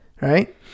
right